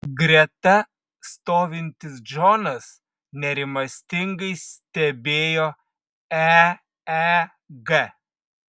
greta stovintis džonas nerimastingai stebėjo eeg